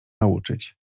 nauczyć